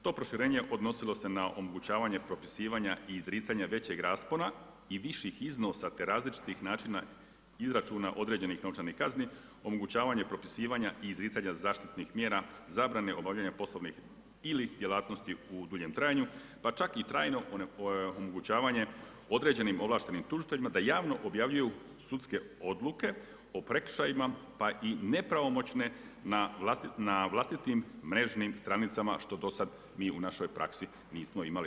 To proširenje odnosilo se na omogućavanje propisivanja i izricanja većeg raspona i viših iznosa, te različitih načina izračuna određenih novčanih kazni, omogućavanje propisivanja i izricanja zaštitnih mjera zabrane obavljanja poslovnih ili djelatnosti u duljem trajanju pa čak i trajno omogućavanje određenim ovlaštenim tužiteljima da javno objavljuju sudske odluke o prekršajima, pa i nepravomoćne na vlastitim mrežnim stranicama što mi do sad u našoj praksi nismo imali.